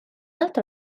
altro